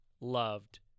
loved